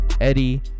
Eddie